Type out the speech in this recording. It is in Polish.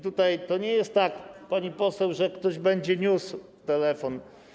To nie jest tak, pani poseł, że ktoś będzie niósł telefon.